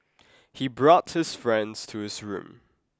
he brought his friends to his room